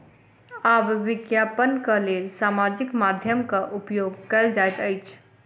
आब विज्ञापनक लेल सामाजिक माध्यमक उपयोग कयल जाइत अछि